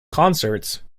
concerts